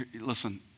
listen